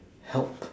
helped